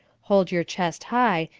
hold your chest high,